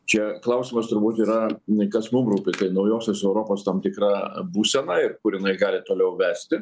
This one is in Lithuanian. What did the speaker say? čia klausimas turbūt yra kas mum rūpi kaip naujosios europos tam tikra būsena ir kur jinai gali toliau vesti